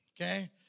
Okay